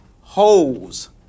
holes